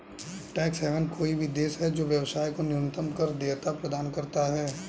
tax haven कोई भी देश है जो व्यवसाय को न्यूनतम कर देयता प्रदान करता है